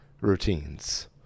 routines